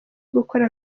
gukora